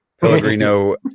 Pellegrino